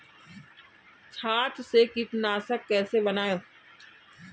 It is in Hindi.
छाछ से कीटनाशक कैसे बनाएँ?